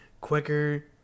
quicker